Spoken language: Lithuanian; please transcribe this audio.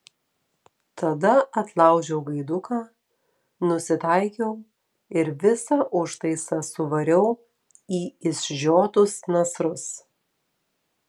tada atlaužiau gaiduką nusitaikiau ir visą užtaisą suvariau į išžiotus nasrus